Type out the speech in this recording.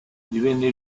divenne